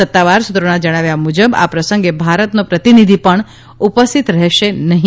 સત્તાવાર સુત્રોના જણાવ્યા મુજબ આ પ્રસંગે ભારતનો પ્રતિનિધિ પણ ઉપસ્થિત રહેશે નહીં